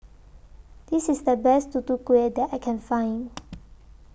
This IS The Best Tutu Kueh that I Can Find